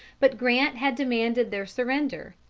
but grant had demanded their surrender,